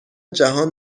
جهان